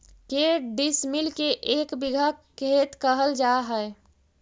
के डिसमिल के एक बिघा खेत कहल जा है?